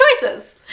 choices